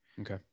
Okay